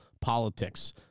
Politics